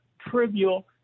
trivial